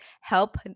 help